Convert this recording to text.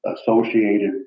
associated